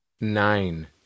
Nine